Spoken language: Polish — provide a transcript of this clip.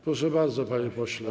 Proszę bardzo, panie pośle.